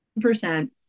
percent